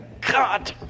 God